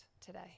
today